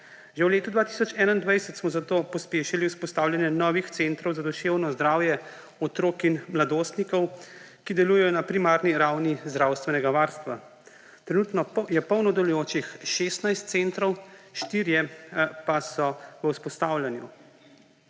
Že v letu 2021 smo zato pospešili vzpostavljanje novih centrov za duševno zdravje otrok in mladostnikov, ki delujejo na primarni ravni zdravstvenega varstva. Trenutno je polno delujočih 16 centov, štirje pa so v vzpostavljanju.